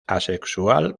asexual